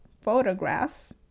photograph